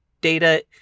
data